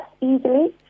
easily